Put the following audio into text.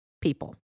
people